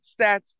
stats